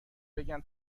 بگن